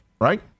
right